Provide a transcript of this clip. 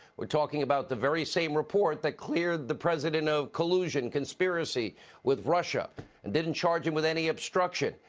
we are talking about the very same report that cleared the president of collusion, conspiracy with russia and didn't charge him with any obstruction.